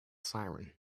siren